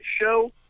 show